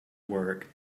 work